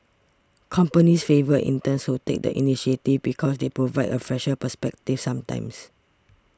companies favour interns who take the initiative and because they provide a fresher perspective sometimes